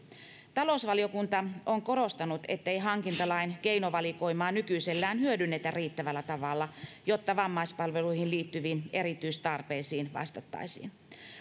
talousvaliokunta on korostanut ettei hankintalain keinovalikoimaa nykyisellään hyödynnetä riittävällä tavalla jotta vammaispalveluihin liittyviin erityistarpeisiin vastattaisiin